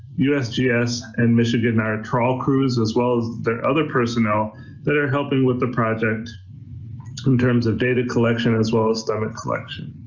usgs yeah and michigan and our trawl crews as well as the other personnel that are helping with the project in terms of data collection as well as stomach collection.